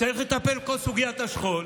וצריך לטפל בכל סוגיית השכול,